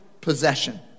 possession